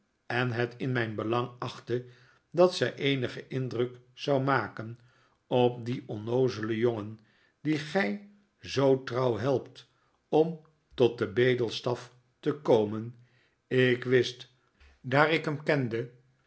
en het in mijn belang achtte dat zij eenigen indruk zou maken op dien onnoozelen jongen dien gij zoo trouw helpt om tot den bedelstaf te komen ik wist daar ik hem